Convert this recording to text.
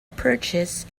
purchase